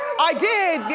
i did, yes.